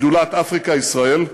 שדולת אפריקה ישראל.